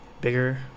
bigger